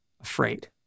afraid